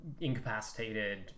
incapacitated